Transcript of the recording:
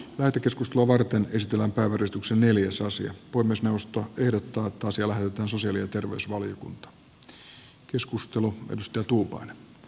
tätä keskustelua varten ystävänpäiväristuksen neljäsosia voi myös puhemiesneuvosto ehdottaa että asia lähetetään sosiaali ja terveysvaliokuntaan